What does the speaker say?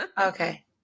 Okay